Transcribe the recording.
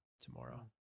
tomorrow